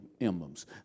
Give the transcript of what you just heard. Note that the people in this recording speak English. emblems